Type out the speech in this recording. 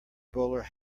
bowler